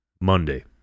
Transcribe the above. Monday